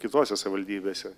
kitose savivaldybėse